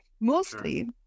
Mostly